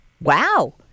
Wow